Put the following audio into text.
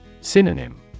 Synonym